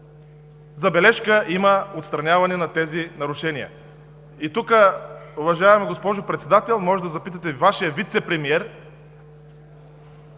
забележка има отстраняване на тези нарушения. Тук, уважаема госпожо Председател, може да запитате Вашия вицепремиер,